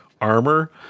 armor